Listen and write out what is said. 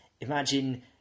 imagine